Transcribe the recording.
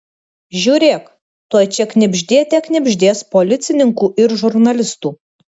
žiūrėk tuoj čia knibždėte knibždės policininkų ir žurnalistų